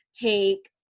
take